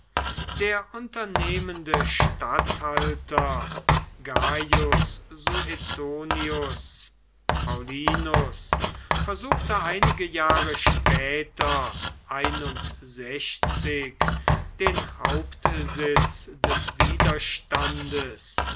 der unternehmende statthalter gaius suetonius paullinus versuchte einige jahre später den hauptsitz des widerstandes